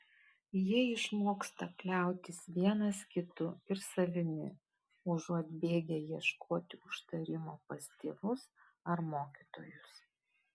jie išmoksta kliautis vienas kitu ir savimi užuot bėgę ieškoti užtarimo pas tėvus ar mokytojus